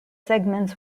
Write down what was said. segments